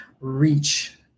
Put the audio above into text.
reach